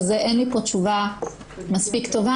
אין לי פה תשובה מספיק טובה.